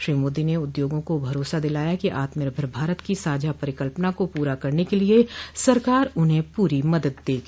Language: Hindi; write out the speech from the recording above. श्री मोदी ने उद्योगों को भरोसा दिलाया कि आत्मनिर्भर भारत की साझा परिकल्पना को पूरा करने के लिए सरकार उन्हें पूरी मदद देगी